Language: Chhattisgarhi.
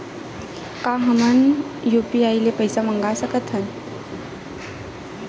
का हमन ह यू.पी.आई ले पईसा मंगा सकत हन?